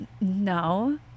No